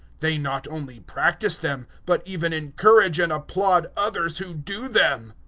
they not only practise them, but even encourage and applaud others who do them.